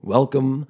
Welcome